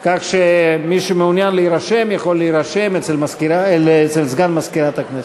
כך שמי שמעוניין להירשם יכול להירשם אצל סגן מזכירת הכנסת.